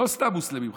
לא סתם מוסלמים חדשים,